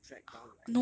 dragged down like